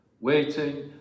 waiting